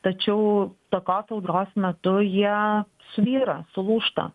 tačiau tokios audros metu jie svyra sulūžta